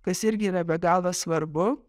kas irgi yra be galo svarbu